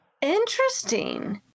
interesting